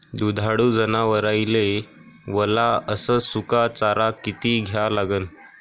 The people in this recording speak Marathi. दुधाळू जनावराइले वला अस सुका चारा किती द्या लागन?